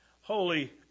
Holy